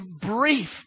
brief